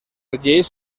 lleis